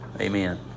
Amen